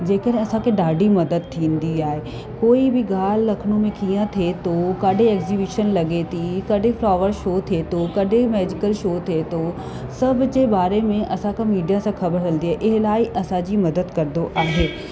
जेकर असांखे ॾाढी मदद थींदी आहे कोई बि ॻाल्हि लखनऊ में कीअं थिए थो काॾे एग्ज़ीबिशन लॻे थी कॾहिं फ्लावर शो थिए थो कॾहिं मैजिकल शो थिए थो सभु जे बारे में असांखे मीडिया सां ख़बर हलंदी आहे इलाही असांजी मदद कंदो आहे